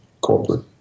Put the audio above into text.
corporate